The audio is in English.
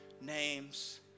names